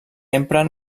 empren